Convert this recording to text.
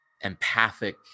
empathic